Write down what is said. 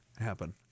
happen